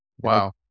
Wow